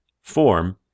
form